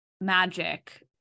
magic